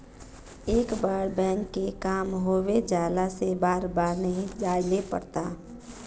एक बार बैंक के काम होबे जाला से बार बार नहीं जाइले पड़ता?